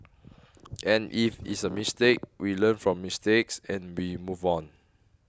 and if it's a mistake we learn from mistakes and we move on